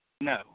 no